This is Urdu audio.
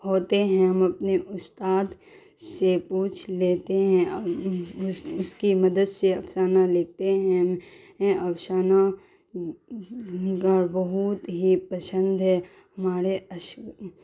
ہوتے ہیں ہم اپنے استاد سے پوچھ لیتے ہیں اس کی مدد سے افسانہ لکھتے ہیں ہم افسانہ نگار بہت ہی پند ہے ہمارے